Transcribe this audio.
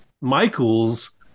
michaels